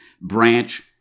branch